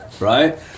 right